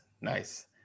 nice